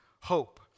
hope